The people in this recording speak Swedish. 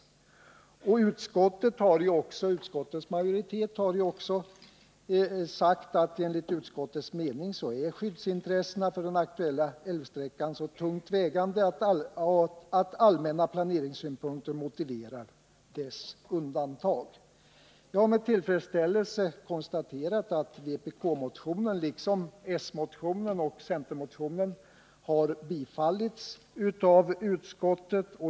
Utskottet har också uttalat att enligt utskottets mening är skyddsintressena för den aktuella älvsträckan så tungt vägande att allmänna planeringssynpunkter motiverar dess undantagande. Jag har med tillfredsställelse konstaterat att vpk-motionen — liksom s-motionen och centermotionen — har tillstyrkts av utskottet.